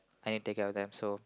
I need take care of them so